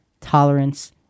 tolerance